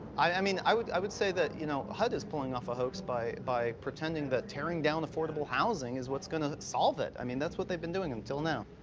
i mean, i would i would say that, you know, hud is pulling off a hoax by by pretending that tearing down affordable housing is what's gonna solve it. i mean, that's what they've been doing until now.